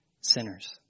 sinners